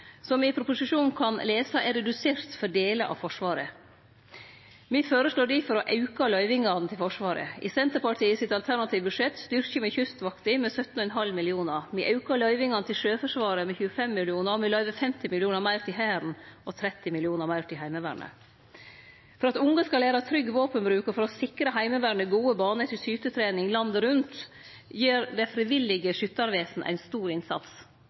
me i proposisjonen kan lese er redusert for delar av Forsvaret. Me føreslår difor å auke løyvingane til Forsvaret. I Senterpartiets alternative budsjett styrkjer me Kystvakta med 17,5 mill. kr. Me aukar løyvingane til Sjøforsvaret med 25 mill. kr. Me løyver 50 mill. kr meir til Hæren og 30 mill. kr meir til Heimevernet. For at unge skal lære trygg våpenbruk og for å sikre Heimevernet gode baner til skytetrening landet rundt gjer Det frivillige Skyttervesen ein stor innsats.